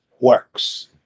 works